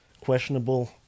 questionable